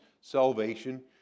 salvation